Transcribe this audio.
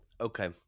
Okay